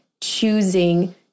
choosing